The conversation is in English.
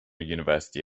university